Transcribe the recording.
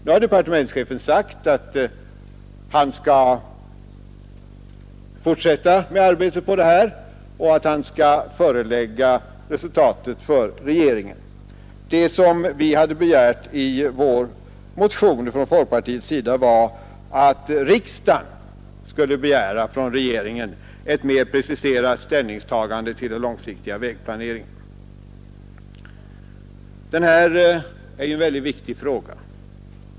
Nu har departementschefen sagt att han skall fortsätta arbetet med detta och lägga fram resultatet för regeringen. Vi hade från folkpartiets sida i en motion föreslagit att riksdagen skulle från regeringen begära ett mera preciserat ställningstagande till den långsiktiga vägplaneringen. Det här är ju en väldigt viktig fråga.